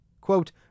Quote